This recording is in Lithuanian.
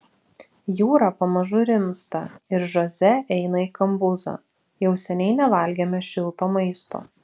jūra pamažu rimsta ir žoze eina į kambuzą jau seniai nevalgėme šilto maisto